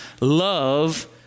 love